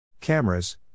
Cameras